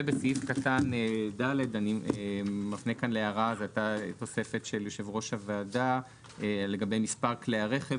בסעיף קטן (ד) הייתה התוספת של יושב ראש הוועדה לגבי מספר כלי הרכב,